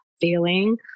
feeling